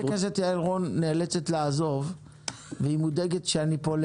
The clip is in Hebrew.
חברת הכנסת יעל רון נאלצת לעזוב והיא מודאגת שהיא משאירה אותי